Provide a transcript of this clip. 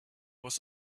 was